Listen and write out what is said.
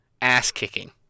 ass-kicking